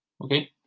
okay